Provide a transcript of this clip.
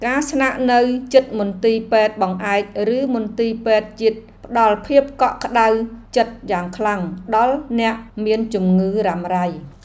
ការស្នាក់នៅជិតមន្ទីរពេទ្យបង្អែកឬមន្ទីរពេទ្យជាតិផ្តល់ភាពកក់ក្តៅចិត្តយ៉ាងខ្លាំងដល់អ្នកមានជំងឺរ៉ាំរ៉ៃ។